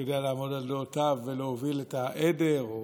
שיודע לעמוד על דעותיו ולהוביל את העדר,